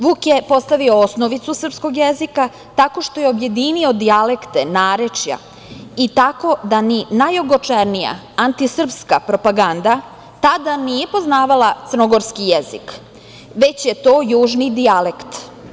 Vuk je postavio osnovicu srpskog jezika tako što je objedinio dijalekte, narečja i tako da ni najogorčenija antisrpska propaganda tada nije poznavala crnogorski jezik već je to južni dijalekt.